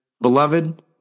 Beloved